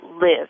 live